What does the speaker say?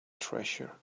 treasure